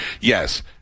Yes